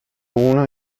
uno